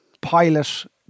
pilot